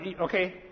Okay